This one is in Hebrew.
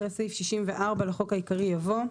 אחרי סעיף 64 לחוק העיקרי יבוא: